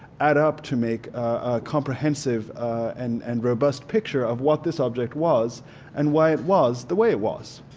add up to make a comprehensive and and robust picture of what this object was and why it was the way it was.